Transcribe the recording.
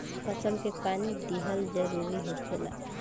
फसल के पानी दिहल जरुरी होखेला